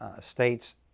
states